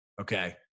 Okay